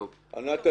ענת,